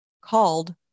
called